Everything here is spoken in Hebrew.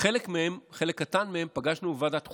חלק מהם, חלק קטן מהם, פגשנו בוועדת חוקה,